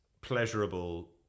pleasurable